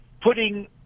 putting